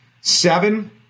Seven